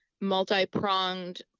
multi-pronged